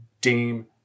deem